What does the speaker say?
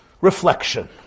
reflection